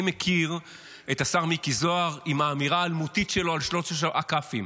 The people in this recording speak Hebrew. אני מכיר את השר מיקי זוהר עם האמירה האלמותית שלו על שלוש הכ"פים: